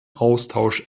austausch